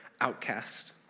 outcast